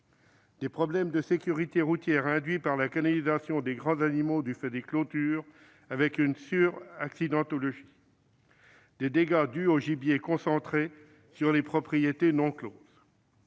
des problèmes de sécurité routière induits par la canalisation des grands animaux du fait des clôtures, avec une suraccidentalité ; des dégâts dus au gibier concentré sur les propriétés non closes